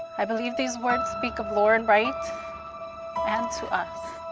i believe these words speak of lauren wright and to us.